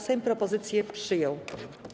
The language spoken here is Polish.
Sejm propozycję przyjął.